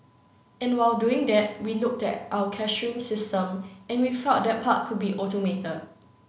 and while doing that we looked at our cashiering system and we felt that part could be automated